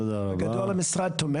תודה רבה.